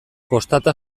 kostata